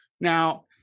now